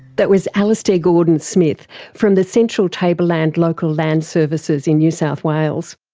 that was alistair gordon-smith from the central tableland local land services in new south wales